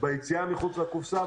ביציאה מחוץ לקופסה,